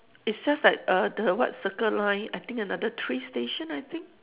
it's just like err the what circle line I think another three station I think